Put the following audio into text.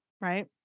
right